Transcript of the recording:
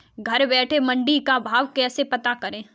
घर बैठे मंडी का भाव कैसे पता करें?